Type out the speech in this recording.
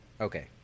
Okay